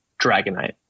Dragonite